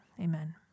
amen